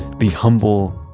be humble.